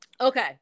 okay